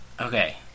Okay